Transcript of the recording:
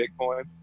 Bitcoin